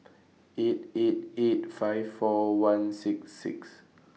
eight eight eight five four one six six